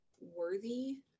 worthy